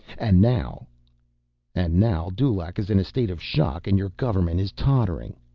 and now and now dulaq is in a state of shock, and your government is tottering.